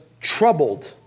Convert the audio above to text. troubled